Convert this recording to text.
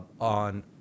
on